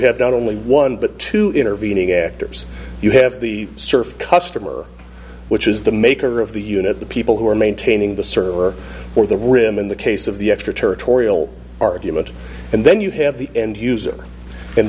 have not only one but two intervening actors you have the surface customer which is the maker of the unit the people who are maintaining the server or the rim in the case of the extraterritorial argument and then you have the end user and